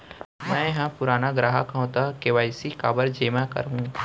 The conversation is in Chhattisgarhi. मैं ह पुराना ग्राहक हव त के.वाई.सी काबर जेमा करहुं?